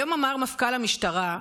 היום אמר מפכ"ל המשטרה,